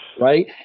right